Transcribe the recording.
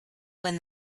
when